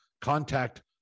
contact